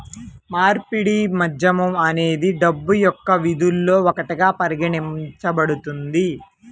మార్పిడి మాధ్యమం అనేది డబ్బు యొక్క విధుల్లో ఒకటిగా పరిగణించబడుతుంది